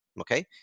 okay